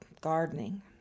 gardening